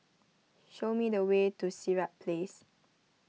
show me the way to Sirat Place